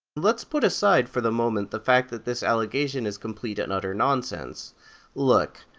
lets put aside, for the moment, the fact that this allegation is complete and utter nonsense look,